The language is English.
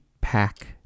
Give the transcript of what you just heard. pack